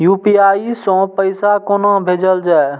UPI सै पैसा कोना भैजल जाय?